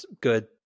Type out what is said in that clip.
good